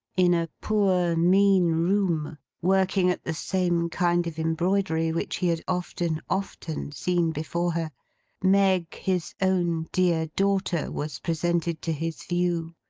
in a poor, mean room working at the same kind of embroidery which he had often, often seen before her meg, his own dear daughter, was presented to his view.